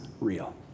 real